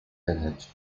village